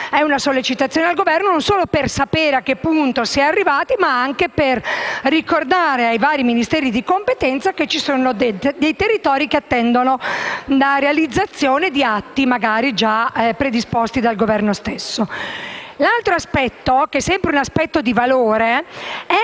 È una sollecitazione al Governo non solo per sapere a che punto si è arrivati, ma anche per ricordare ai vari Ministeri di competenza che alcuni territori attendono la realizzazione di atti, magari già predisposti dal Governo stesso. L'altro aspetto, sempre di valore, è